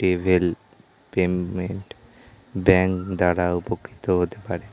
development bank দ্বারা উপকৃত হতে পারেন